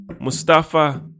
Mustafa